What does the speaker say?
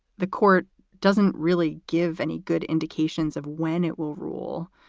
the court doesn't really give any good indications of when it will rule.